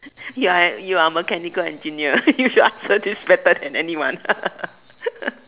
you're you're a mechanical engineer you should answer this better than anyone